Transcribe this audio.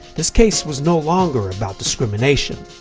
this case was no longer about discrimination,